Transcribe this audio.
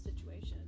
situation